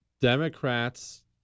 Democrats